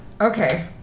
Okay